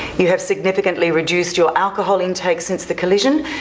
you have significantly reduced your alcohol intake since the collision,